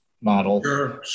model